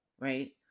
Right